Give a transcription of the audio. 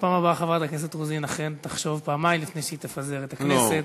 בפעם הבאה חברת הכנסת רוזין אכן תחשוב פעמיים לפני שהיא תפזר את הכנסת.